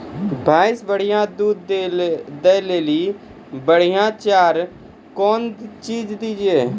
भैंस बढ़िया दूध दऽ ले ली बढ़िया चार कौन चीज दिए?